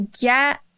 get